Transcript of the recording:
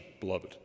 beloved